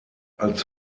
als